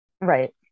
right